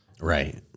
Right